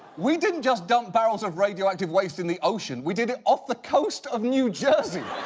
we didn't just dump barrels of radioactive waste in the ocean, we did it off the coast of new jersey.